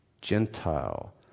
gentile